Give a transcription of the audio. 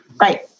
Right